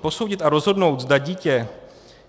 Posoudit a rozhodnout, zda dítě